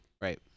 Right